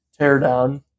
teardown